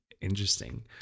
interesting